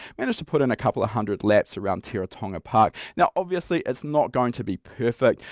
managed to put in a couple of hundred laps around teretonga park. now obviously it's not going to be perfect.